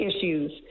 issues